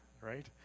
right